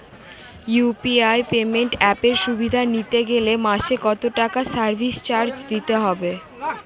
UPI payment অ্যাপের সুবিধা নিতে গেলে মাসে কত টাকা সার্ভিস চার্জ দিতে হবে?